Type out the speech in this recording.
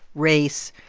race.